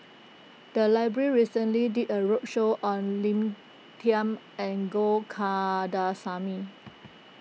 the library recently did a roadshow on Lina Chiam and Go Kandasamy